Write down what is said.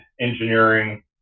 engineering